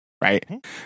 Right